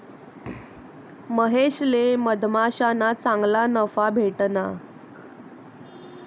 महेशले मधमाश्याना चांगला नफा भेटना